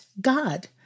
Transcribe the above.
God